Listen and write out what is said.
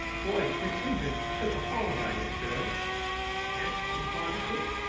why, miss hinton took a holiday yesterday yes? inquired the cook,